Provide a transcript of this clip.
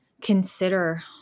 consider